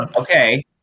okay